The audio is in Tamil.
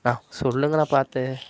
அண்ணா சொல்லுங்கண்ணா பார்த்து